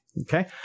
Okay